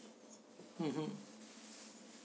mmhmm